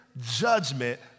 judgment